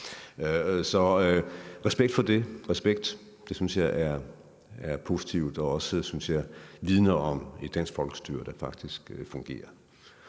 Så respekt for det, respekt. Det synes jeg er positivt, og det vidner også om et dansk folkestyre, der faktisk fungerer.